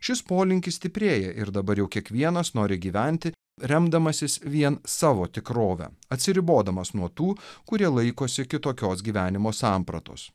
šis polinkis stiprėja ir dabar jau kiekvienas nori gyventi remdamasis vien savo tikrove atsiribodamas nuo tų kurie laikosi kitokios gyvenimo sampratos